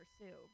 pursue